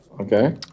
Okay